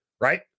right